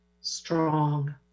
strong